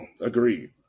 Agreed